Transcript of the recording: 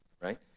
Right